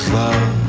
love